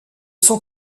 son